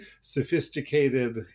sophisticated